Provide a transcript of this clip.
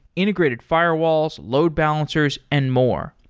integrated fi rewalls, load balancers and more.